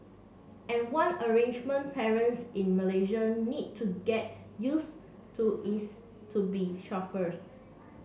and one arrangement parents in Malaysia need to get used to is to be chauffeurs